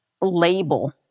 label